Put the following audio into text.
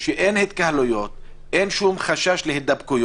הרי אין שם התקהלויות, אין שם חשש להידבקויות.